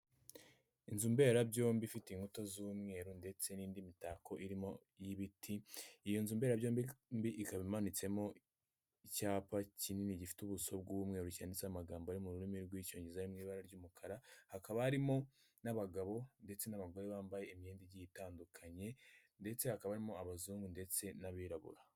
Inzu mberabyombi ifite inkuta z'umweru ndetse n'indi mitako irimo iy'ibiti, iyo nzu mberabyombi mbi ikaba imanitsemo icyapa kinini gifite ubuso bw'umweru cyanditseho amagambo ari mu rurimi rw'icyongereza mu ibara ry'umukara hakaba harimo n'abagabo ndetse n'abagore bambaye imyenda igiye itandukanye ndetse hakabamo abazungu ndetse n'abirabura.